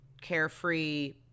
carefree